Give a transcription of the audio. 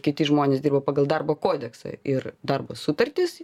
kiti žmonės dirba pagal darbo kodeksą ir darbo sutartis